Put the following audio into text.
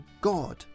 God